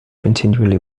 continually